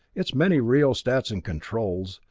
its many rheostats and controls,